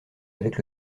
avec